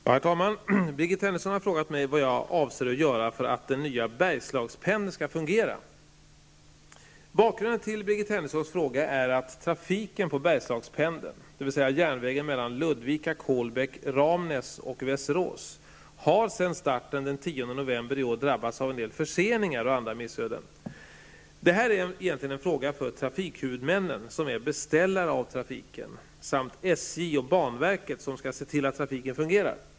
Herr talman! Birgit Henriksson har frågat mig vad jag avser att göra för att den nya Bergslagspendeln skall fungera. Bakgrunden till Birgit Henrikssons fråga är att trafiken på Bergslagspendeln, dvs. järnvägen mellan Ludvika--Kolbäck--Ramnäs och Västerås sedan starten den 10 november i år har drabbats av en del förseningar och andra missöden. Detta är egentligen en fråga för trafikhuvudmännen, som är beställare av trafiken, samt SJ och banverket som skall se till att trafiken fungerar.